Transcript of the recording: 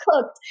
cooked